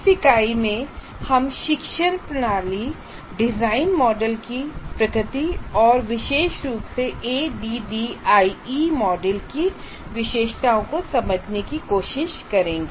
इस इकाई में हम शिक्षण प्रणाली डिजाइन मॉडल की प्रकृति और विशेष रूप से एडीडीआईई मॉडल की विशेषताओं को समझने की कोशिश करेंगे